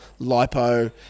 lipo